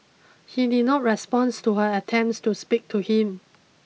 he did not responds to her attempts to speak to him